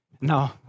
No